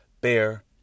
Bear